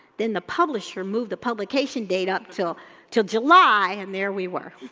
then the publisher moved the publication date up til til july and there we were.